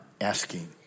asking